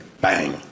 bang